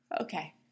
Okay